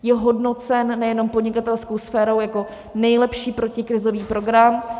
Je hodnocen nejenom podnikatelskou sférou jako nejlepší protikrizový program.